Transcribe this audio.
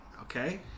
okay